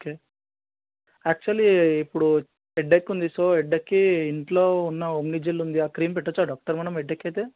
okay actually ఇప్పుడు headache ఉంది so హెడ్డేక్కి ఇంట్లో ఉన్న ఓమ్ని జెల్ ఉంది ఆ క్రీమ్ పెట్టచ్చా డాక్టర్ మనం హెడ్డేక్కు అయితే